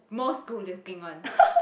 most good looking one